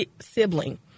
sibling